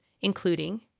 including